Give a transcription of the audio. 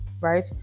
right